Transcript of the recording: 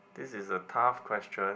this is a tough question